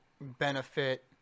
benefit